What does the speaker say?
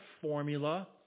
formula